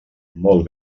molt